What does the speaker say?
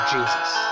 Jesus